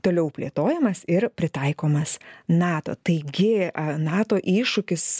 toliau plėtojamas ir pritaikomas nato taigi nato iššūkis